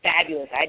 fabulous